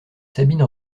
sabine